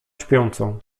śpiącą